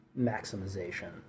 maximization